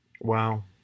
Wow